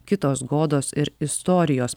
kitos godos ir istorijos